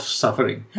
suffering